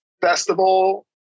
festival